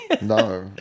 no